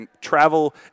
travel